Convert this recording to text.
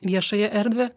viešąją erdvę